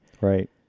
Right